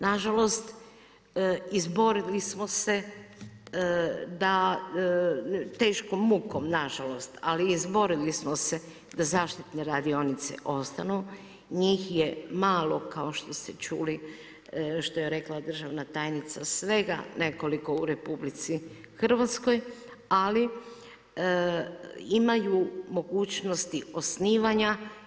Nažalost izborili smo se da, teškom mukom nažalost, ali izborili smo se da zaštitne radionice ostanu, njih je malo kao što ste čuli, što je rekla državna tajnica, svega nekoliko u RH ali imaju mogućnosti osnivanja.